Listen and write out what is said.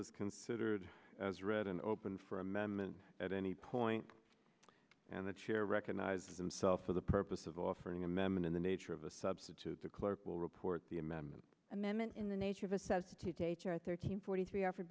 is considered as read and open for amendment at any point and the chair recognizes himself for the purpose of offering a memon in the nature of a substitute the clerk will report the a man and then in the nature of a substitute teacher thirteen forty three offered